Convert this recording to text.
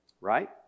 right